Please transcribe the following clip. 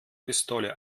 pistole